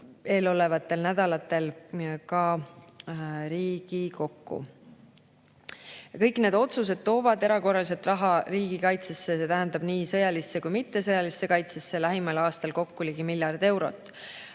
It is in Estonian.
eelolevate nädalate jooksul Riigikokku. Kõik need otsused toovad erakorraliselt raha riigikaitsesse, see tähendab nii sõjalisse kui ka mittesõjalisse kaitsesse, lähimal aastal kokku ligi miljard eurot.